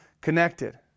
connected